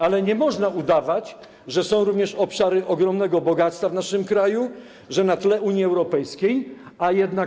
Ale nie można udawać, że są również obszary ogromnego bogactwa w naszym kraju, na tle Unii Europejskiej, a jednak.